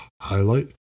highlight